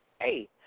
Hey